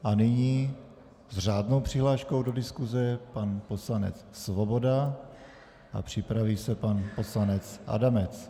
A nyní s řádnou přihláškou do diskuze pan poslanec Svoboda a připraví se pan poslanec Adamec.